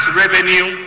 revenue